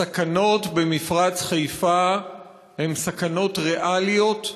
הסכנות במפרץ-חיפה הן סכנות ריאליות,